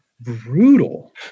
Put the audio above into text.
brutal